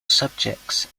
subjects